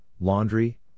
laundry